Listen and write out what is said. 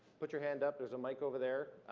put your hand up. there's a mic over there.